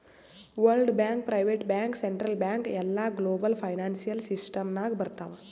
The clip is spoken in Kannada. world bank, private bank, central bank ಎಲ್ಲಾ ಗ್ಲೋಬಲ್ ಫೈನಾನ್ಸಿಯಲ್ ಸಿಸ್ಟಮ್ ನಾಗ್ ಬರ್ತಾವ್